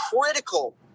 critical